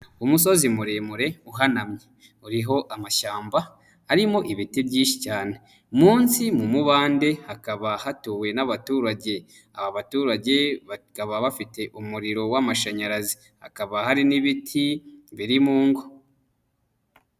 Umusozi muremure uhanamye, uriho amashyamba, arimo ibiti byinshi cyane. Munsi mu mubande hakaba hatuwe n'abaturage. Aba baturage bakaba bafite umuriro w'amashanyarazi, hakaba hari n'ibiti biri mu ngo.